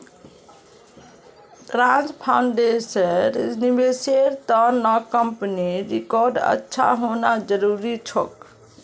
trust फंड्सेर निवेशेर त न कंपनीर रिकॉर्ड अच्छा होना जरूरी छोक